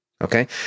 Okay